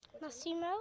Massimo